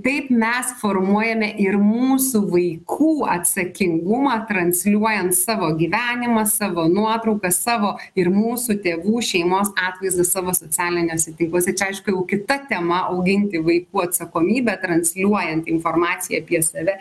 taip mes formuojame ir mūsų vaikų atsakingumą transliuojant savo gyvenimą savo nuotraukas savo ir mūsų tėvų šeimos atvaizdus savo socialiniuose tinkluose čia aišku jau kita tema auginti vaikų atsakomybę transliuojant informaciją apie save